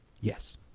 Yes